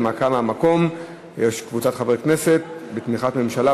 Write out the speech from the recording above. הנמקה מהמקום, בתמיכת ממשלה.